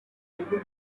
able